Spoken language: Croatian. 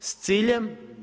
S ciljem?